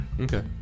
Okay